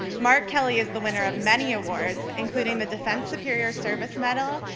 mark kelly is the winner of many awards, including the defense superior service medal,